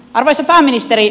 arvoisa pääministeri